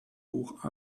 buch